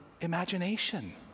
imagination